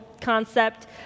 concept